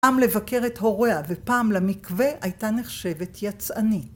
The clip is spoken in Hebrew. פעם לבקר את הוריה ופעם למקווה הייתה נחשבת יצאנית.